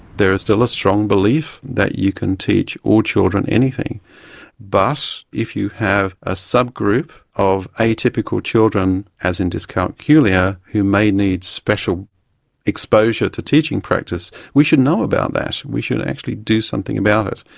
there is still a strong belief that you can teach all children anything but if you have a subgroup of atypical children, as in dyscalculia, who may need special exposure to teaching practice, we should know about that, we should actually do something about it.